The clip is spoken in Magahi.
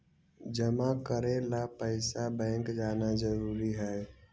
जमा करे ला पैसा बैंक जाना जरूरी है?